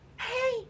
Hey